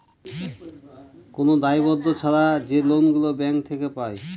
কোন দায়বদ্ধ ছাড়া যে লোন গুলো ব্যাঙ্ক থেকে পায়